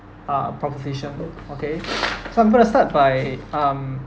uh proposition okay so I'm going to start by um